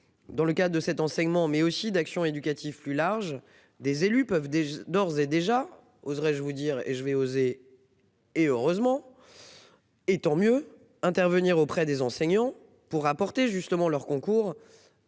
dans le cadre de cet enseignement mais aussi d'action éducative plus large des élus peuvent d'ores et déjà, oserais-je vous dire et je vais oser. Et heureusement. Et tant mieux intervenir auprès des enseignants pour apporter justement leur concours